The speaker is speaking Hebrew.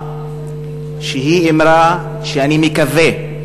שהיא אמרה שאני מקווה,